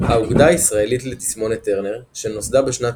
האגודה הישראלית לתסמונת טרנר שנוסדה בשנת